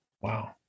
Wow